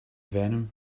venom